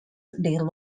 their